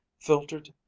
filtered